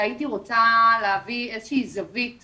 אני רק אגיד כי אין לנו